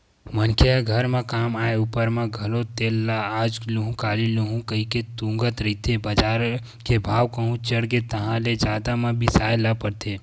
मनखे ह घर म काम आय ऊपर म घलो तेल ल आज लुहूँ काली लुहूँ कहिके तुंगत रहिथे बजार के भाव कहूं चढ़गे ताहले जादा म बिसाय ल परथे